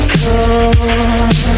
come